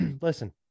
Listen